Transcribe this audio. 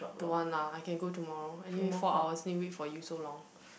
don't want lah I can go tomorrow anyway four hours need wait for you so long